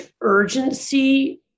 urgency